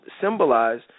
symbolize